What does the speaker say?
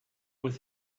with